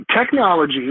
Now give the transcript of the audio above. technology